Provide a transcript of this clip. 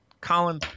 Colin